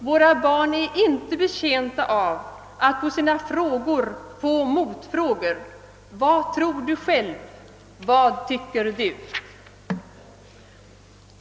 Våra barn är inte betjänta av att på sina frågor få motfrågor: Vad tror du själv? Vad tycker du?